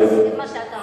מה שאתה עושה.